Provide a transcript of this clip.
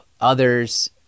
others